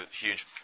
huge